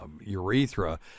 urethra